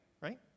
right